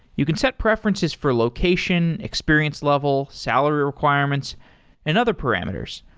you can set preferences for location, experience level, salary requirements and other parameters,